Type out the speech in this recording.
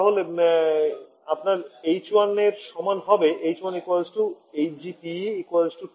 তাহলে আপনার H 1 এর সমান হবে h1 hg